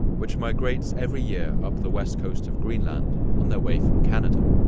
which migrates every year up the west coast of greenland on their way from canada.